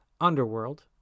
Underworld